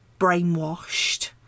brainwashed